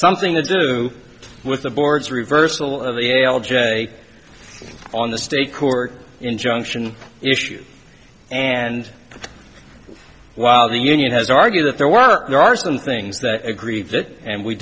something to do with the board's reversal of the a l j on the state court injunction issue and while the union has argued that there were there are some things that agree that and we